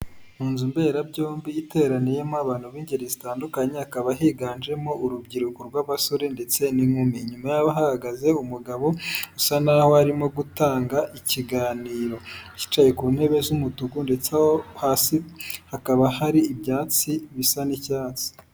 Mu nzu mberabyombi iteraniyemo abantu b'ingeri zitandukanye, hakaba higanjemo urubyiruko rw'abasore ndetse n'inkumi. Inyuma yabo hahagaze umugabo usa n'aho arimo gutanga ikiganiro, yicaye ku ntebe z'umutuku ndetse aho hasi hakaba hari ibyatsi bisa n'icyatsi.